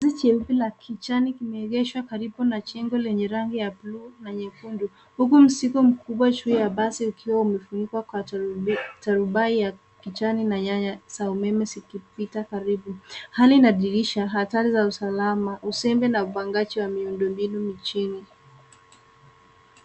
Gari jeupe la kijani kimeegeshwa karibu na jengo lenye rangi ya bluu na nyekundu huku mzigo mkubwa juu ya basi ukiwa umefunikwa kwa turubai ya kijani na nyaya za umeme zikipita karibu. Halina dirisha hatari za usalama, uzembe na upangaji wa miundombinu mijini.